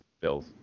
bills